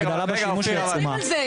הגידול בשימוש הוא עצום.